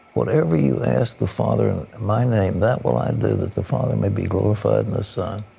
whatever you ask the father in my name that will i do that the father may be glorified in the son.